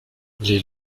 les